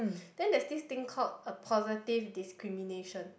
then there's this thing called a positive discrimination